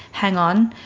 hang on,